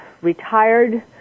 retired